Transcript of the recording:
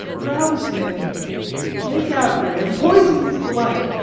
rouse him make after him, poison his delight,